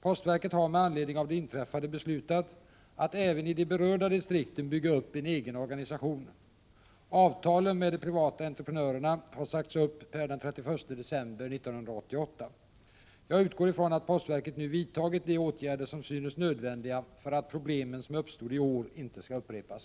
Postverket har med anledning av det inträffade beslutat att även i de berörda distrikten bygga upp en egen organisation. Avtalen med de privata entreprenörerna har sagts upp per den 31 december 1988. Jag utgår ifrån att postverket nu vidtagit de åtgärder som synes nödvändiga för att de problem som uppstod i år inte skall upprepas.